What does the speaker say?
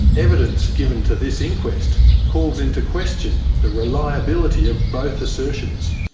evidence given to this inquest calls into question the reliability of both assertions.